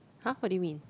!huh! what do you mean